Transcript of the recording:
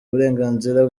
uburenganzira